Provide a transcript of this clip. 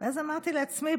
ואז אמרתי לעצמי,